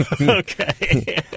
Okay